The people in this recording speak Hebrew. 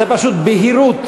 זו פשוט בהירות.